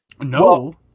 No